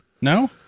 No